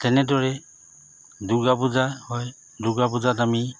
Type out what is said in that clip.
তেনেদৰে দুৰ্গা পূজা হয় দুৰ্গা পূজাত আমি